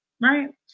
right